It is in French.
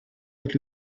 avec